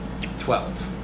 Twelve